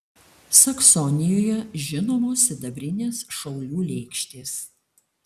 saksonijoje žinomos sidabrinės šaulių lėkštės